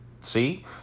see